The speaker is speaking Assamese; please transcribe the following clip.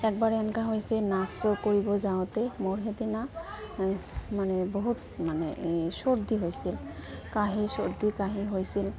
একবাৰ এনেকা হৈছে নাচো কৰিব যাওঁতে মোৰ সেইদিনা মানে বহুত মানে এই চৰ্দি হৈছিল কাহি চৰ্দি কাহি হৈছিল